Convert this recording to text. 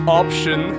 option